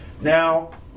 Now